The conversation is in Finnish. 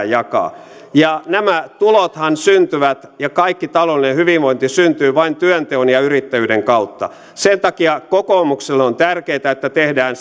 jakaa lisää nämä tulothan syntyvät ja kaikki taloudellinen hyvinvointi syntyy vain työnteon ja yrittäjyyden kautta sen takia kokoomukselle on tärkeätä että tehdään